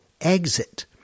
exit